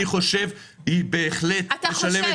אני חושב שהיא בהחלט משלמת שכר --- אתה חושב,